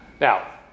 Now